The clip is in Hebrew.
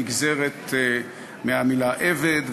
נגזרת מהמילה "עבד",